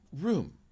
room